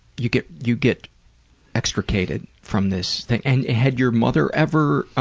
you get you get extricated from this and had your mother ever